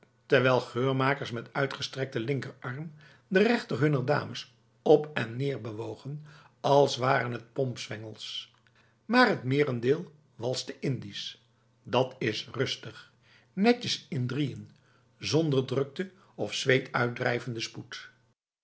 terwijl geurmakers met uitgestrekte linkerarm de rechter hunner dames op en neer bewogen als waren het pompzwengels maar het merendeel walste indisch dat is rustig netjes in drieën zonder drukte of zweetuitdrijvende spoed